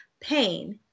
pain